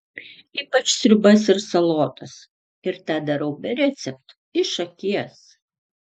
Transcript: ypač sriubas ir salotas ir tą darau be receptų iš akies